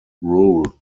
rule